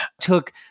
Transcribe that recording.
took